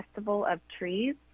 festivaloftrees